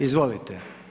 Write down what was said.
Izvolite.